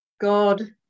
God